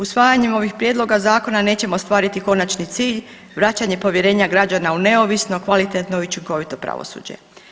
Usvajanjem ovih prijedloga zakona nećemo ostvariti konačni cilj, vraćanje povjerenja građana u neovisno, kvalitetno i učinkovito pravosuđe.